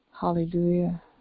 Hallelujah